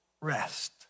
Rest